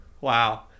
Wow